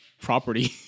property